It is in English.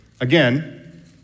Again